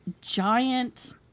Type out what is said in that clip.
giant